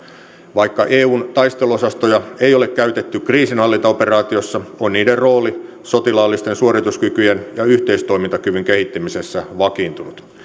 vaikka eun taisteluosastoja ei ole käytetty kriisinhallintaoperaatiossa on niiden rooli sotilaallisten suorituskykyjen ja yhteistoimintakyvyn kehittämisessä vakiintunut